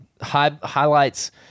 highlights